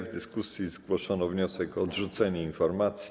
W dyskusji zgłoszono wniosek o odrzucenie informacji.